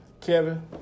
Kevin